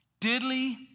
Diddly